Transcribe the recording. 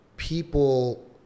People